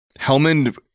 Helmand